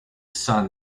sun